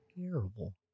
terrible